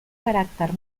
caràcter